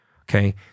Okay